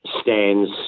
stands